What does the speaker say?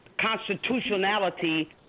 constitutionality